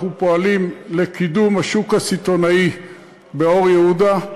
אנחנו פועלים לקידום השוק הסיטונאי באור-יהודה.